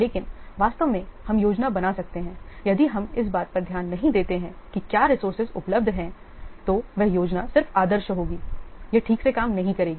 लेकिन वास्तव में हम योजना बना सकते हैं यदि हम इस बात पर ध्यान नहीं देते हैं कि क्या रिसोर्सेज उपलब्ध हैं तो वह योजना सिर्फ आदर्श होगी यह ठीक से काम नहीं करेगी